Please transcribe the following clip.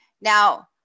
Now